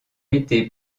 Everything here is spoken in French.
été